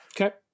Okay